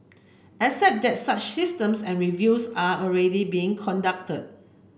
except that such systems and reviews are already being conducted